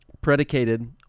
predicated